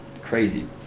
crazy